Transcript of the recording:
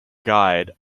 guide